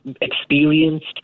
experienced